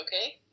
okay